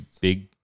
big